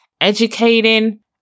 educating